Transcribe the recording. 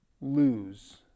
lose